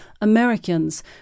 Americans